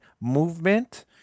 movement